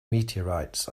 meteorites